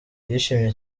yishimye